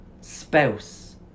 spouse